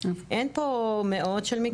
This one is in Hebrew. אין פה מאות של מקרים,